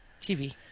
TV